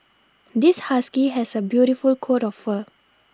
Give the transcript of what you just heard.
this husky has a beautiful coat of fur